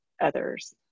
others